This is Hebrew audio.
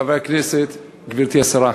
חברי הכנסת, גברתי השרה,